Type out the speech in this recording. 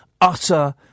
utter